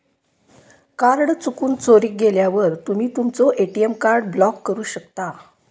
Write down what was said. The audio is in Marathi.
कार्ड चुकून, चोरीक गेल्यावर तुम्ही तुमचो ए.टी.एम कार्ड ब्लॉक करू शकता